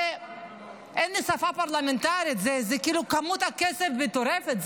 אין לי שפה פרלמנטרית: זה כמות כסף מטורפת.